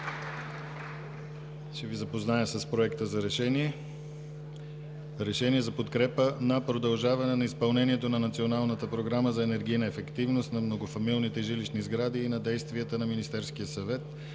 Ще Ви запозная с Проекта за решение: „РЕШЕНИЕ за подкрепа на продължаване на изпълнението на Националната програма за енергийна ефективност на многофамилните жилищни сгради и на действията на Министерския съвет